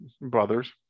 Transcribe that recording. brothers